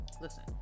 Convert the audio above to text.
Listen